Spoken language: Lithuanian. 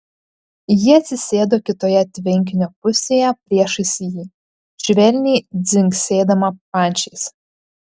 ji atsisėdo kitoje tvenkinio pusėje priešais jį švelniai dzingsėdama pančiais